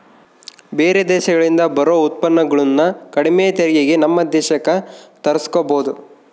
ಬೇರೆ ದೇಶಗಳಿಂದ ಬರೊ ಉತ್ಪನ್ನಗುಳನ್ನ ಕಡಿಮೆ ತೆರಿಗೆಗೆ ನಮ್ಮ ದೇಶಕ್ಕ ತರ್ಸಿಕಬೊದು